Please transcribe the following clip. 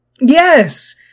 Yes